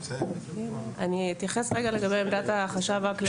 אני אתייחס רגע לעמדת החשב הכללי.